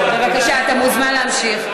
בבקשה, אתה מוזמן להמשיך.